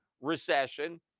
recession